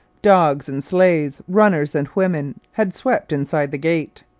dogs and sleighs, runners and women, had swept inside the gate.